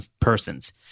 persons